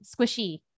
squishy